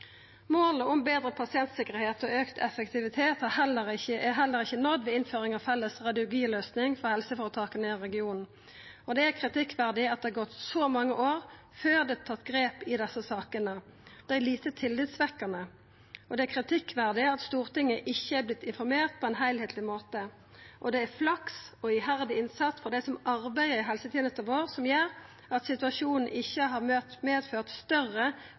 Målet om betre pasientsikkerheit og auka effektivitet er heller ikkje nådd ved innføring av felles radiologiløysing for helseføretaka i regionen, og det er kritikkverdig at det har gått så mange år før det er tatt grep i desse sakene. Det er lite tillitvekkjande, og det er kritikkverdig at Stortinget ikkje har vorte informert på ein heilskapleg måte. Det er flaks og iherdig innsats frå dei som arbeider i helsetenesta vår, som gjer at situasjonen ikkje har medført større